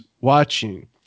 watching